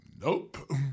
nope